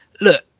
look